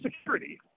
security